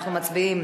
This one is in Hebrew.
אנחנו מצביעים